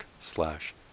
slash